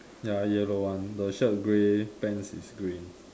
ya yellow one the shirt grey pants is green